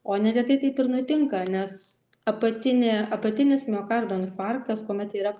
o neretai taip ir nutinka nes apatinė apatinis miokardo infarktas kuomet yra